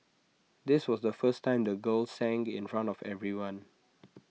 this was the first time the girl sang in front of everyone